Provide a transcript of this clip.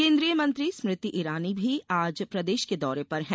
केन्द्रीय मंत्री स्मृति ईरानी भी आज प्रदेश के दौरे पर हैं